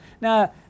Now